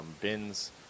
bins